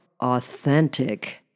authentic